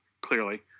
clearly